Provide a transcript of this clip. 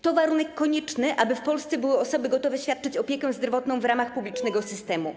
To warunek konieczny, aby w Polsce były osoby gotowe świadczyć opiekę zdrowotną w ramach publicznego systemu.